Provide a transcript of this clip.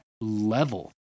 level